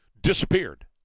disappeared